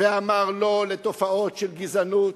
ואמר לא לתופעות של גזענות,